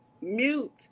Mute